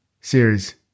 series